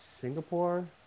Singapore